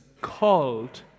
called